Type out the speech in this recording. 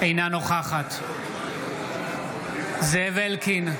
אינה נוכחת זאב אלקין,